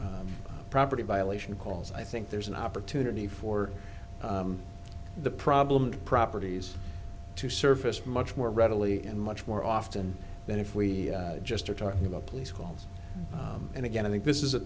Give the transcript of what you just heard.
property violation calls i think there's an opportunity for the problem properties to surface much more readily and much more often than if we just are talking about police calls and again i think this is a